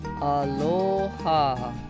Aloha